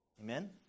Amen